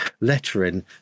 lettering